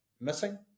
missing